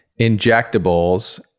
injectables